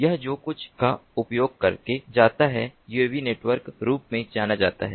यह जो कुछ का उपयोग करके जाता है यूएवी नेटवर्क के रूप में जाना जाता है